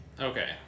Okay